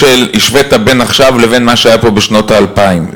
השווית בין עכשיו לבין מה שהיה פה בשנות האלפיים.